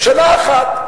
שנה אחת.